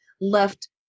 left